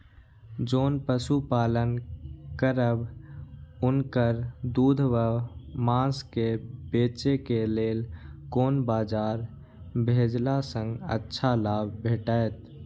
जोन पशु पालन करब उनकर दूध व माँस के बेचे के लेल कोन बाजार भेजला सँ अच्छा लाभ भेटैत?